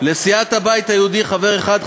לסיעת הבית היהודי חבר אחד,